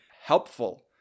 helpful